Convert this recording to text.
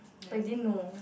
but you didn't know